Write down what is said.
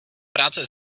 práce